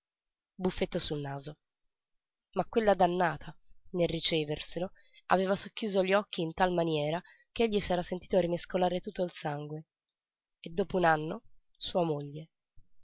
buffetto sul naso ma quella dannata nel riceverselo aveva socchiuso gli occhi in tal maniera ch'egli s'era sentito rimescolare tutto il sangue e dopo un anno sua moglie